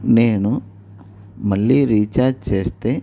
నేను మళ్ళీ రీఛార్జ్ చేస్తే